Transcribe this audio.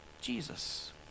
Jesus